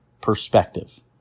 perspective